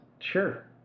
Sure